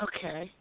Okay